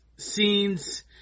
scenes